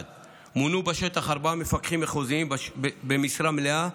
1. מונו בשטח ארבעה מפקחים מחוזיים במשרד מלאה,